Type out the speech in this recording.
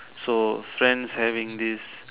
so friends having this